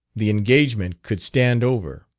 the engagement could stand over.